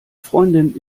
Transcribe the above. freundin